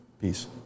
Peace